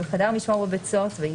בחדר משמר או בבית סוהר צבאי,